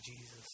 Jesus